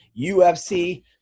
UFC